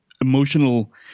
emotional